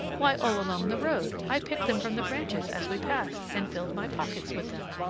why, all along the road, i picked them from the branches as we passed, and filled my pockets with them.